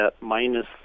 minus